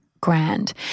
grand